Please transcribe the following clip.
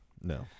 no